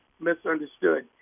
misunderstood